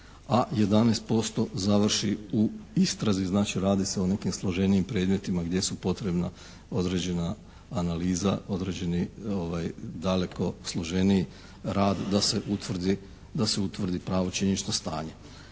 a 11% završi u istrazi. Znači radi se o nekim složenijim predmetima gdje su potrebna određena analiza, određeni daleko složeniji rad da se utvrdi pravo činjenično stanje.